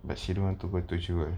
but she don't want to go to jewel